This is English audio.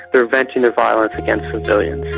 they're venting their violence against civilians.